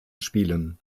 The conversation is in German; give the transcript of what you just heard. spielen